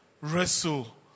wrestle